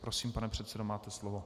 Prosím, pane předsedo, máte slovo.